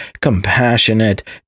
compassionate